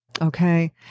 okay